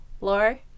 Laura